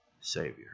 Savior